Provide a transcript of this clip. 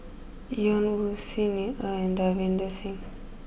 Ian Woo Xi Ni Er and Davinder Singh